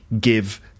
give